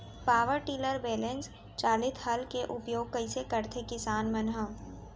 Power tiller balance चालित हल के उपयोग कइसे करथें किसान मन ह?